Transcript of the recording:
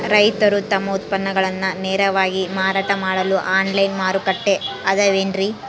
ರೈತರು ತಮ್ಮ ಉತ್ಪನ್ನಗಳನ್ನ ನೇರವಾಗಿ ಮಾರಾಟ ಮಾಡಲು ಆನ್ಲೈನ್ ಮಾರುಕಟ್ಟೆ ಅದವೇನ್ರಿ?